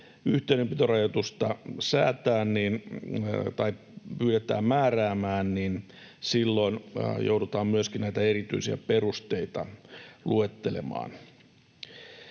yhteydenpitorajoitusta pyydetään määräämään, niin silloin joudutaan myöskin näitä erityisiä perusteita luettelemaan.